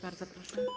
Bardzo proszę.